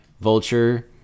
Vulture